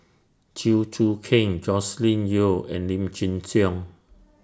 Chew Choo Keng Joscelin Yeo and Lim Chin Siong